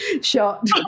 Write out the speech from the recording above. shot